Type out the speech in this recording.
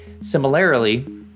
Similarly